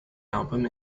album